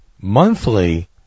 monthly